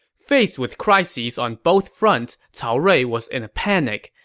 faced with crises on both fronts, cao rui was in a panic.